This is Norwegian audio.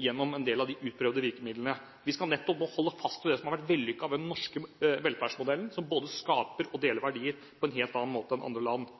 gjennom en del av de utprøvde virkemidlene. Vi skal nettopp holde fast ved det som har vært vellykket ved den norske velferdsmodellen, som både skaper og deler verdier på en helt annen måte enn andre land.